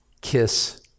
kiss